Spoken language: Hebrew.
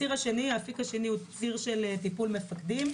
האפיק השני הוא טיפול מפקדים.